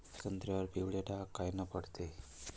संत्र्यावर पिवळे डाग कायनं पडते?